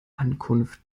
ankunft